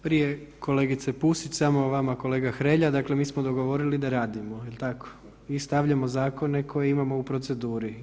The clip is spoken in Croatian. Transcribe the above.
Prije kolegice Pusić samo vama kolega Hrelja, dakle mi smo dogovorili da radimo jel tako i stavljamo zakone koje imamo u proceduri.